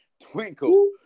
Twinkle